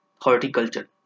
Horticulture